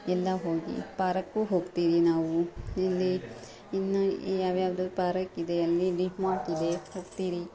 ಎಲ್ಲ ಹೋಗಿ ಪಾರಾಕ್ಗು ಹೋಗ್ತೀವಿ ನಾವು ಇಲ್ಲಿ ಇನ್ನು ಯಾವ ಯಾವ್ದು ಪರಾಕ್ ಇದೆ ಅಲ್ಲಿ ಡೀ ಮಾರ್ಟ್ ಇದೆ ಹೋಗ್ತೀರಿ